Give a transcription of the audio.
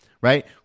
right